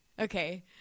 Okay